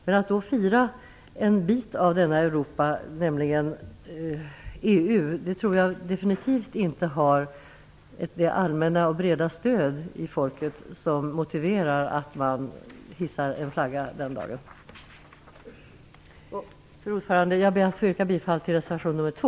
Men att då bara fira en bit av detta Europa, nämligen EU, tror jag definitivt inte har det allmänna och breda stöd hos folket som motiverar att man hissar en flagga den dagen. Fru talman! Jag ber att få yrka bifall till reservation 2.